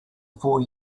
four